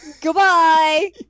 Goodbye